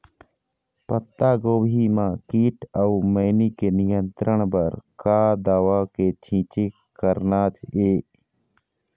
पत्तागोभी म कीट अऊ मैनी के नियंत्रण बर का दवा के छींचे करना ये?